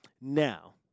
Now